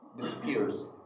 disappears